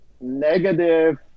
negative